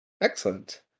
Excellent